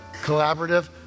collaborative